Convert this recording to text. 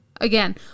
Again